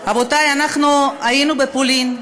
רבותי, היינו בפולין,